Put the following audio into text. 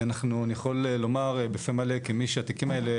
אני יכול לומר בפה מלא כמי שהתיקים האלה,